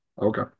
Okay